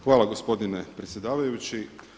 Hvala gospodine predsjedavajući.